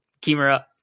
kimura